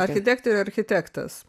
architektė ir architektas